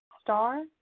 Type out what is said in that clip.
star